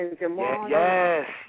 Yes